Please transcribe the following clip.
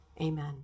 Amen